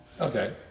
Okay